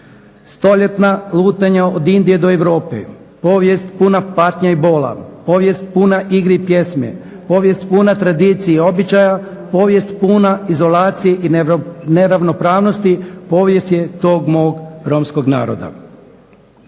Stoljetna lutanja od Indije do Europe, povijesti puna patnje i bolja, povijest puna igre i pjesme, povijest puna tradicije i običaja, povijest puna izolacije i neravnopravnosti, povijest je to mog romskog naroda,